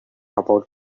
about